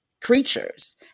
creatures